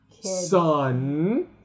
son